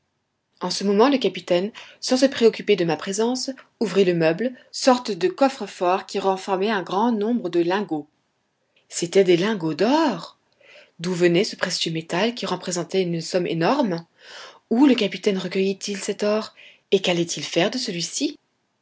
en ce moment le capitaine sans se préoccuper de ma présence ouvrit le meuble sorte de coffre-fort qui renfermait un grand nombre de lingots c'étaient des lingots d'or d'où venait ce précieux métal qui représentait une somme énorme où le capitaine recueillait il cet or et qu'allait-il faire de celui-ci